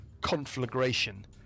conflagration